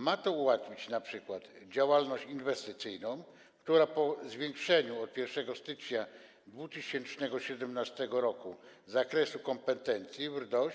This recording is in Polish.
Ma to ułatwić np. działalność inwestycyjną, która po zwiększeniu od 1 stycznia 2017 r. zakresu kompetencji RDOŚ